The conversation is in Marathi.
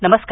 नमस्कार